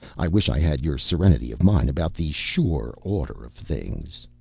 i wish i had your serenity of mind about the sure order of things.